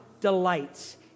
Delights